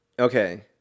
Okay